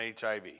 HIV